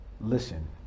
listen